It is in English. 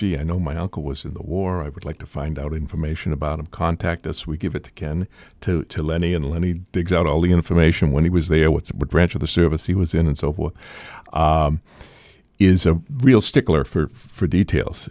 gee i know my uncle was in the war i would like to find out information about of contact us we give it to ken to lenny and he digs out all the information when he was there what's what branch of the service he was in and so forth is a real stickler for details